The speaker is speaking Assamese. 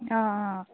অঁ অঁ